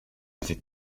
c’est